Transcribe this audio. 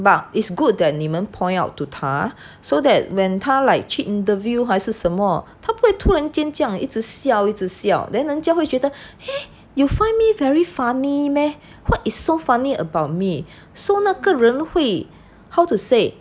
but it's good that 你们 point out to 他 so that when 他 like 去 interview 还是什么他不会突然间这样一直笑一直笑 then 人家会觉得 eh you find me very funny meh what is so funny about me so 那个人会 how to say how to say